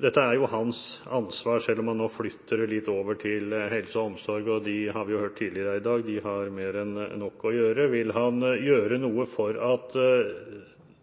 dette er jo hans ansvar, selv om han nå flytter det litt over til Helse- og omsorgsdepartementet, og vi hørte her tidligere i dag at de har mer enn nok å gjøre – er: Vil han gjøre noe for at